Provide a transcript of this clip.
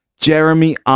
Jeremy